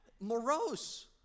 morose